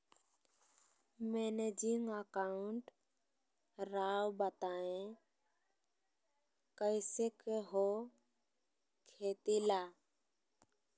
Managing account राव बताएं कैसे के हो खेती ला?